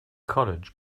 college